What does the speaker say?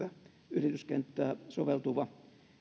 yrityskenttää soveltuva